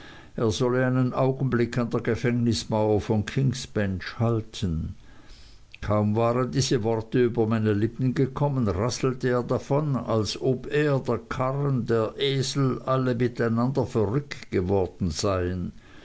er solle einen augenblick an der gefängnismauer von kings bench halten kaum waren diese worte über meine lippen gekommen rasselte er davon als ob er der karren der esel alle miteinander verrückt geworden seien